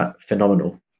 phenomenal